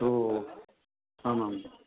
ओ आम् आम्